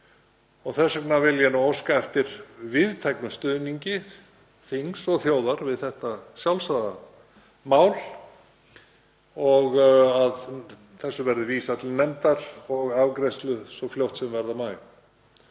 Þess vegna vil ég óska eftir víðtækum stuðningi þings og þjóðar við þetta sjálfsagða mál og að því verði vísað til nefndar og afgreiðslu svo fljótt sem verða má.